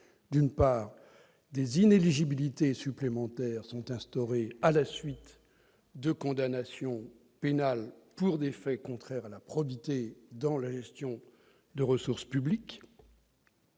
d'une part, d'inéligibilités supplémentaires à la suite de condamnations pénales pour des faits contraires à la probité dans la gestion de ressources publiques,